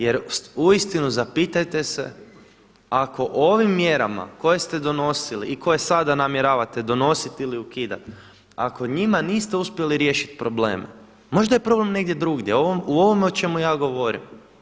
Jer uistinu zapitajte se, ako ovim mjerama koje ste donosili i koje sada namjeravate donositi ili ukidati ako njima niste uspjeli riješiti probleme, možda je problem negdje drugdje, u ovome o čemu ja govorim.